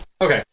Okay